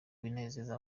binezeza